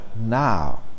now